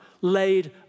laid